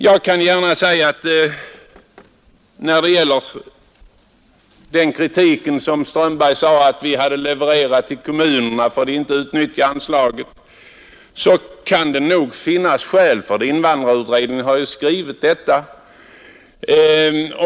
Med anledning av vad herr Strömberg sade om den kritik som utskottet riktat mot kommunerna för att de inte hade utnyttjat anslaget vill jag säga, att det nog kan finnas skäl för denna. Också invandrarutredningen har ju framhållit detta.